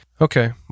Okay